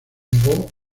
negó